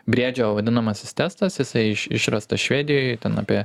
briedžio vadinamasis testas jisai išrastas švedijoj ten apie